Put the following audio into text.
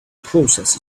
process